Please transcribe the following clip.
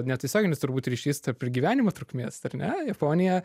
netiesioginis turbūt ryšys tarp ir gyvenimo trukmės ar ne japonija